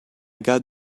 got